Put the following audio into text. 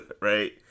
Right